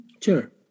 sure